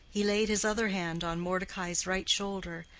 he laid his other hand on mordecai's right shoulder,